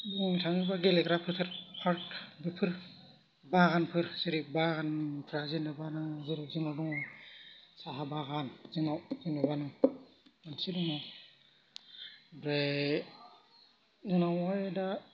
बुंनो थाङोबा गेलेग्रा फोथार पार्क बेफोर बागानफोर जेरै बागानफ्रा जेनेबा नों जेरै जोंनाव दङ साहा बागान जोंनाव जेनेबा जोंनाव मोनसे दं ओमफ्राय जोंनावहाय दा